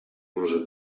może